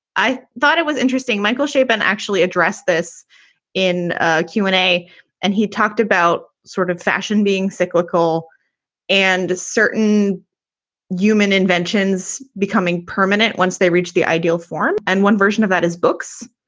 i thought it was interesting. michael chabon actually addressed this in a q and a and he talked about sort of fashion being cyclical and certain human inventions becoming permanent once they reached the ideal form. and one version of that is books.